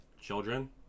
children